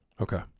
Okay